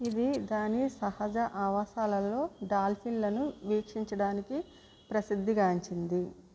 ఇది దాని సహజ ఆవాసాలలో డాల్ఫిన్లను వీక్షించడానికి ప్రసిద్ధిగాంచింది